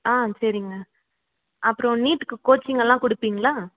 ஆ சரிங்க அப்புறோம் நீட்டுக்கு கோச்சிங்கெல்லாம் கொடுப்பிங்களா